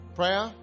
prayer